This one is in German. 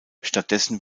stattdessen